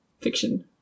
fiction